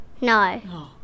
No